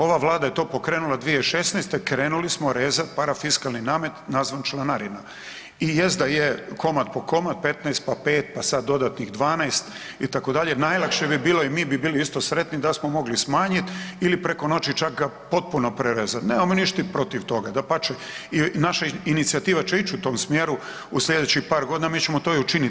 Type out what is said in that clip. Ova Vlada je to pokrenula 2016. krenuli smo rezat parafiskalni namet nazvan članarina i jest da je komad po koma 15, pa 5, pa sad dodatnih 12 itd., najlakše bi bilo i mi bi bilo isto sretni da smo mogli smanjiti ili preko noći čak ga potpuno prerezati, nemamo mi ništa protiv toga, dapače i naša inicijativa će ići u tom smjeru u slijedećih par godina mi ćemo to i učiniti.